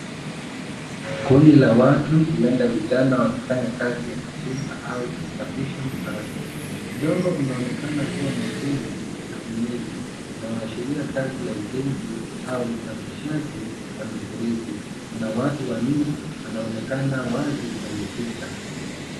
Kundi la watu huenda vijana wakifanya kazi ya kuchimba au kusafisha mtaro .Udongo unaonekana kuwa mwekundu na unyevu, unaoashiria kazi ya ujenzi au usafishaji wa mifereji. Kuna watu wanne wanaonekana wazi kwenye picha.